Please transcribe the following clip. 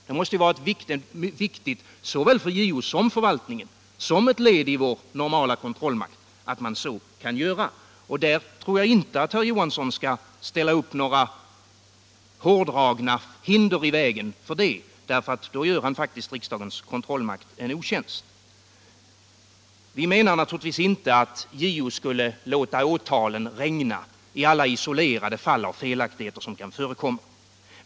Det måste vara viktigt för såväl JO som förvaltningen, som ett led i vår normala kontrollmakt, att man så kan göra. Och där tror jag inte att herr Johansson genom att hårdra tolkningen av bestämmelserna bör resa hinder i vägen, för då gör han faktiskt riksdagens kontrollmakt en otjänst. Vi menar naturligtvis inte att JO skall låta åtalen regna i alla isolerade fall av felaktigheter som kan förekomma.